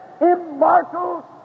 immortal